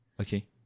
Okay